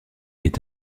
est